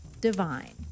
divine